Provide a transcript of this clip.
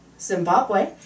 Zimbabwe